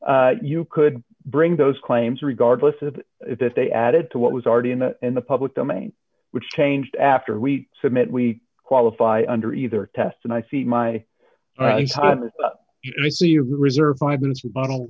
you could bring those claims regardless of if they added to what was already in the in the public domain which changed after we submit we qualify under either test and i see my time is up it's the reserve five minutes b